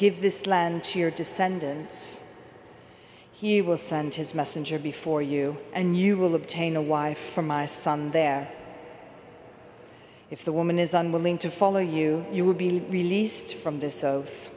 give this land to your descendants he will send his messenger before you and you will obtain a wife for my son there if the woman is unwilling to follow you you will be released from th